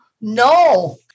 No